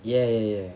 ya ya ya